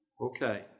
Okay